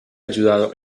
ayudado